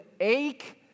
ache